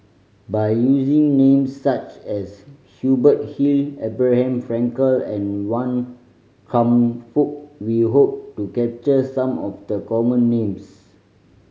by using names such as Hubert Hill Abraham Frankel and Wan Kam Fook we hope to capture some of the common names